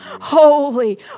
holy